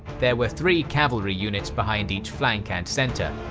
there were three cavalry units behind each flank and center,